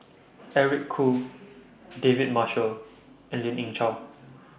Eric Khoo David Marshall and Lien Ying Chow